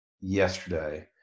yesterday